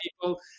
people